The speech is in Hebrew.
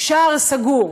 שער סגור.